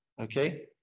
Okay